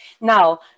Now